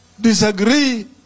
disagree